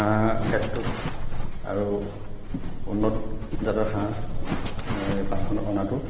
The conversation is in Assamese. হাঁহ ক্ষেত্ৰত আৰু উন্নত জাতৰ হাঁহ ফাৰ্মখনত অনাটো